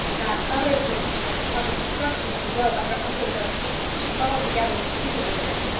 that other solution of the destruction of the will by her uncle's own hands she altogether repudiated.